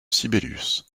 sibelius